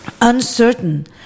uncertain